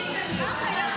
זה יותר מתאים.